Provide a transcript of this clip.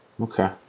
Okay